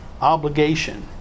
Obligation